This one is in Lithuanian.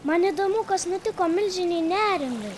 man įdomu kas nutiko milžinei neringai